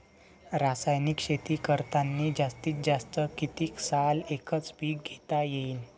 रासायनिक शेती करतांनी जास्तीत जास्त कितीक साल एकच एक पीक घेता येईन?